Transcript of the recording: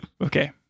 Okay